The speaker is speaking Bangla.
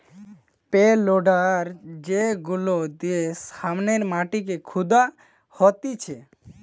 পে লোডার যেগুলা দিয়ে সামনের মাটিকে খুদা হতিছে